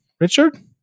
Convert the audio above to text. Richard